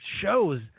shows